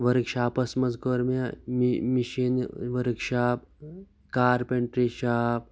workshops منٛز کٔر مےٚ مِشیٖنہِ ؤرٕکشاپ کارپینٹری شاپ